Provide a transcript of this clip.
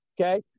okay